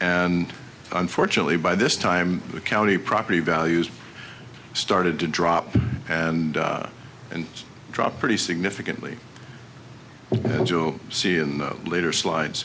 and unfortunately by this time the county property values started to drop and and dropped pretty significantly well joe see in the later slides